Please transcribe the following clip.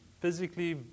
physically